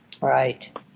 Right